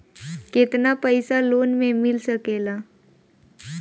केतना पाइसा लोन में मिल सकेला?